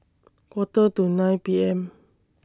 Quarter to nine P M